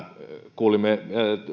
kuulimme